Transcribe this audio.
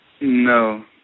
No